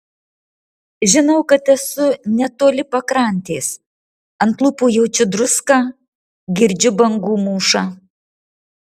žinau kad esu netoli pakrantės ant lūpų jaučiu druską girdžiu bangų mūšą